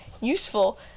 useful